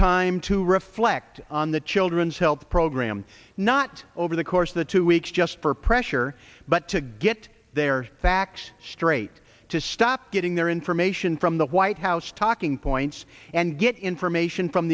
time to reflect on the children's health program not over the course the two weeks just for pressure but to get their facts straight to stop getting their information from the white house talking points and get information from